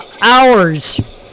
hours